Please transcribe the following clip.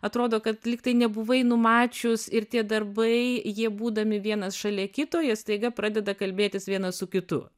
atrodo kad lygtai nebuvai numačius ir tie darbai jie būdami vienas šalia kito jie staiga pradeda kalbėtis vienas su kitu